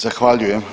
Zahvaljujem.